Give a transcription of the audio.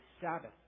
Sabbath